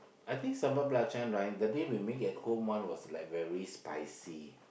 I think sambal belacan right that day we made at home one was like very spicy